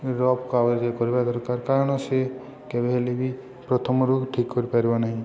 rough କାଗଜରେ କରିବା ଦରକାର କାରଣ ସେ କେବେ ହେଲେ ବି ପ୍ରଥମରୁ ଠିକ୍ କରିପାରିବ ନାହିଁ